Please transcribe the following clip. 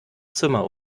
zimmer